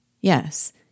Yes